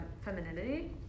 femininity